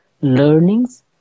learnings